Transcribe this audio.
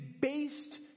based